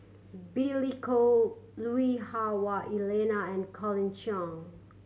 Billy Koh Lui Hah Wah Elena and Colin Cheong